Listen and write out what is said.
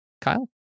Kyle